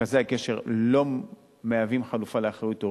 מרכזי הקשר לא מהווים חלופה לאחריות הורית,